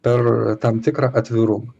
per tam tikrą atvirumą